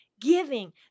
Giving